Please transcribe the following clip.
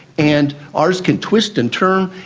and ours can twist and turn.